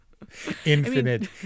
infinite